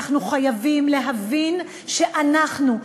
אנחנו חייבים להבין שאנחנו,